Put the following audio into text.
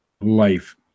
life